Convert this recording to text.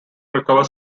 recover